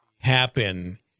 happen